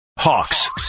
Hawks